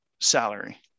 salary